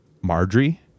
Marjorie